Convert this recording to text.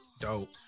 Dope